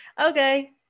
okay